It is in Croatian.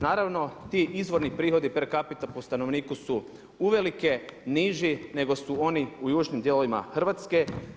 Naravno ti izvorni prihodi per capita po stanovniku su uvelike niži nego su oni u južnim dijelovima Hrvatske.